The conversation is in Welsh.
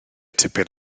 tipyn